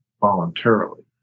voluntarily